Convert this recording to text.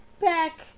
back